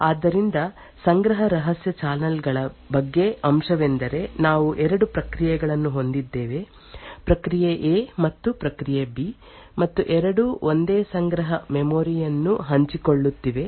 ಆದ್ದರಿಂದ ಸಂಗ್ರಹ ರಹಸ್ಯ ಚಾನಲ್ ಗಳ ಬಗ್ಗೆ ಅಂಶವೆಂದರೆ ನಾವು 2 ಪ್ರಕ್ರಿಯೆಗಳನ್ನು ಹೊಂದಿದ್ದೇವೆ ಪ್ರಕ್ರಿಯೆ A ಎ ಮತ್ತು ಪ್ರಕ್ರಿಯೆ B ಬಿ ಮತ್ತು ಎರಡೂ ಒಂದೇ ಸಂಗ್ರಹ ಮೆಮೊರಿ ಯನ್ನು ಹಂಚಿಕೊಳ್ಳುತ್ತಿವೆ